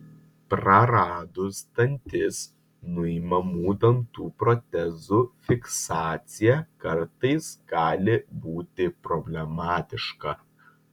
praradus dantis nuimamų dantų protezų fiksacija kartais gali būti problemiška